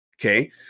Okay